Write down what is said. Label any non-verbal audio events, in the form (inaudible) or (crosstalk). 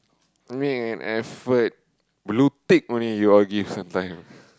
make an effort blue tick only you all give sometimes (breath)